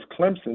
Clemson